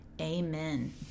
Amen